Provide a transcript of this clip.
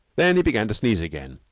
then he began to sneeze again.